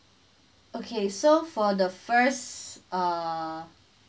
okay so for the first uh